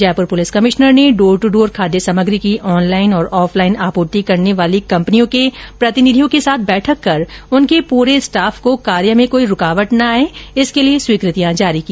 Jaipur police commissioner ने door to door खाद्य सामग्री की ऑनलाईन और ऑफलाईन आपूर्ति करने वाली कम्पनियों के प्रतिनिधियों के साथ बैठक कर उनके समस्त स्टाफ को कार्य में कोई रूकावट न आए इसके लिए स्वीकृतियां जारी की